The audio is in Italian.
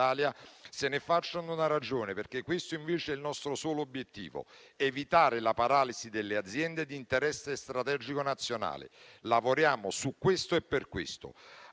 se ne facciano una ragione, perché questo invece è il nostro solo obiettivo: evitare la paralisi delle aziende di interesse strategico nazionale. Lavoriamo su questo e per questo.